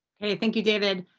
thank you, david.